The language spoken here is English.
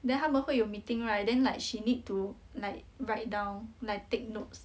then 他们会有 meeting right then like she need to like write down like take notes